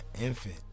infant